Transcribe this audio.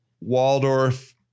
Waldorf